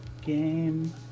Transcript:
game